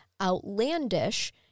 outlandish